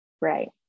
Right